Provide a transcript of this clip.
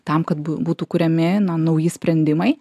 tam kad būtų kuriami na nauji sprendimai